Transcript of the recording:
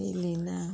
बेलिना